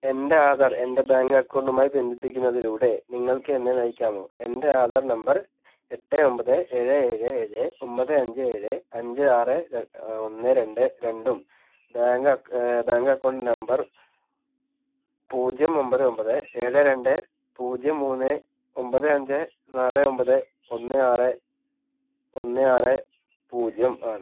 എൻ്റെ ആധാർ എൻ്റെ ബാങ്ക് അക്കൗണ്ടുമായി ബന്ധിപ്പിക്കുന്നതിലൂടെ നിങ്ങൾക്ക് എന്നെ നയിക്കാമോ എൻ്റെ ആധാർ നമ്പർ എട്ട് ഒമ്പത് ഏഴ് ഏഴ് ഏഴ് ഒമ്പത് അഞ്ച് ഏഴ് അഞ്ച് ആറ് ഒന്ന് രണ്ട് രണ്ടും ബാങ്ക് ബാങ്ക് അക്കൗണ്ട് നമ്പർ പൂജ്യം ഒമ്പത് ഒമ്പത് ഏഴ് രണ്ട് പൂജ്യം മൂന്ന് ഒമ്പത് അഞ്ച് നാല് ഒമ്പത് ഒന്ന് ആറ് ഒന്ന് ആറ് പൂജ്യം ആണ്